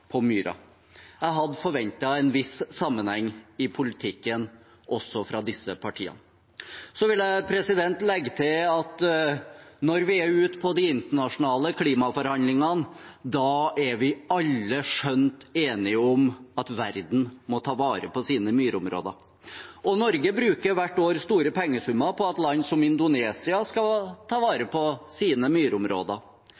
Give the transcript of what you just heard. på myra. Jeg hadde forventet en viss sammenheng i politikken også fra disse partiene. Så vil jeg legge til at når vi er ute på de internasjonale klimaforhandlingene, da er vi alle skjønt enige om at verden må ta vare på sine myrområder. Norge bruker hvert år store pengesummer på at land som Indonesia skal ta